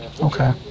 Okay